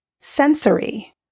sensory